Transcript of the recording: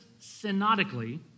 synodically